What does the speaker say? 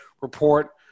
report